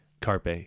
carpe